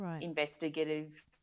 investigative